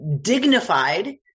dignified